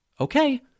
Okay